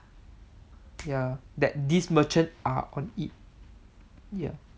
ya that these merchants are on it ya